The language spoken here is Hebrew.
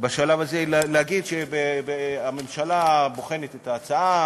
בשלב הזה להגיד שהממשלה בוחנת את ההצעה,